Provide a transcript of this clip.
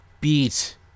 beat